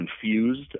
confused